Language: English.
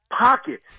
pocket